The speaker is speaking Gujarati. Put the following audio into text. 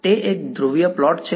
તે એક ધ્રુવીય પ્લોટ છે